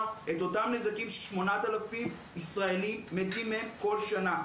את אותם נזקים ש-8,000 ישראלים מתים מהם כל שנה.